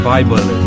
Bible